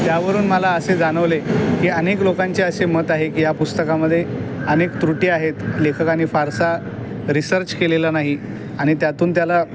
त्यावरून मला असे जाणवले की अनेक लोकांचे असे मत आहे की या पुस्तकामधे अनेक त्रुटी आहेत लेखकाने फारसा रिसर्च केलेला नाही आणि त्यातून त्याला